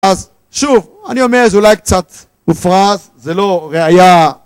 אז שוב אני אומר זה אולי קצת מופרך זה לא ראייה